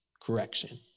correction